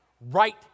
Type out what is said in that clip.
right